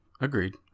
Agreed